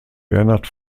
bernhard